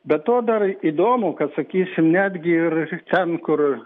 be to dar įdomu kad sakysim netgi ir ten kur